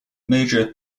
major